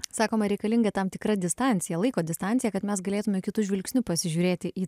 sakoma reikalinga tam tikra distancija laiko distancija kad mes galėtume kitu žvilgsniu pasižiūrėti į